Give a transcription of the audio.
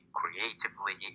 creatively